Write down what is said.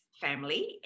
family